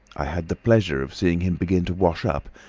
i had the pleasure of seeing him begin to wash up,